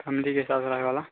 फैमिलीके हिसाबसँ लगा लअ